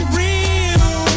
real